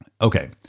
Okay